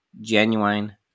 genuine